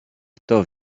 kto